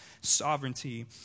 sovereignty